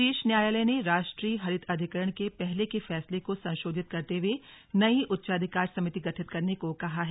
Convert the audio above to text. शीर्ष न्यायालय राष्ट्रीय हरित अधिकरण के पहले के फैसले को संशोधित करते हुए नई उच्चाधिकार समिति गठित करने को कहा है